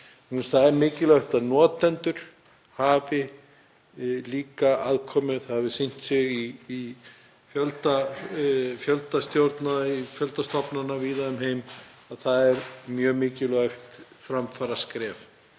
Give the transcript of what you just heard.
Það er mikilvægt að notendur hafi líka aðkomu þar. Það hefur sýnt sig í fjölda stjórna í fjölda stofnana víða um heim að það er mjög mikilvægt framfaraskref.